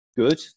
Good